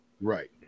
Right